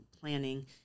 planning